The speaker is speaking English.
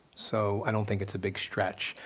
so i don't think it's a big stretch.